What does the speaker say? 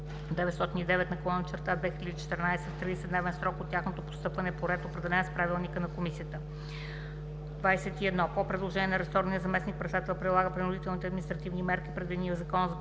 909/2014 в 30-дневен срок от тяхното постъпване по ред, определен с правилника на комисията; 21. по предложения на ресорния заместник-председател прилага принудителните административни мерки, предвидени в Закона за публичното